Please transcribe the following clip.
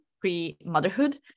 pre-motherhood